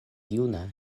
juna